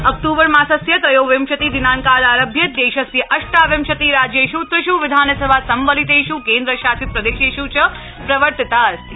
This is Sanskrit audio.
अक्तूबर मासस्य त्रयोविंशति दिनांकादारभ्य देशस्य अष्टाविंशति राज्येष् त्रिष् विधानसभा संवलितेष् केन्द्रशासित प्रदेशेष् च प्रवर्तिता अस्ति